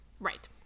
Right